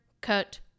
Cut